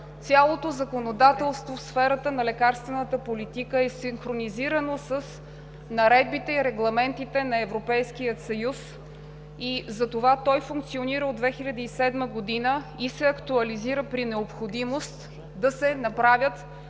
Цялото законодателство в сферата на лекарствената политика е синхронизирано с наредбите и регламентите на Европейския съюз и затова той функционира от 2007 г. и се актуализира при необходимост да се направят